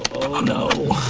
oh no,